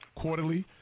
quarterly